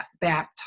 baptized